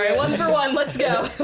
yeah wonder one let's go